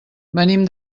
venim